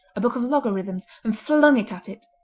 a book of logarithms, and flung it at it.